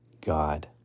God